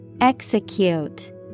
Execute